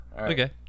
okay